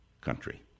country